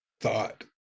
thought